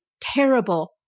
terrible